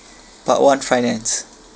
part one finance